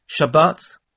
Shabbat